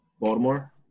Baltimore